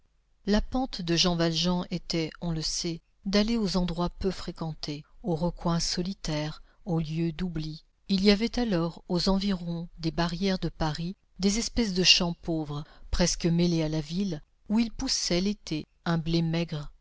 la pente de jean valjean était on le sait d'aller aux endroits peu fréquentés aux recoins solitaires aux lieux d'oubli il y avait alors aux environs des barrières de paris des espèces de champs pauvres presque mêlés à la ville où il poussait l'été un blé maigre